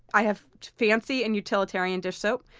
i have fancy and utilitarian dish soap.